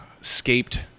escaped